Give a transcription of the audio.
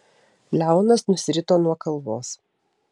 leonas nusirito nuo kalvos